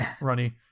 runny